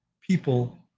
people